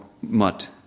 Mutt